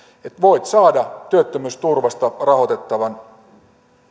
että voit saada työttömyysturvasta rahoitettavan